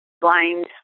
blind